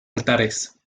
altares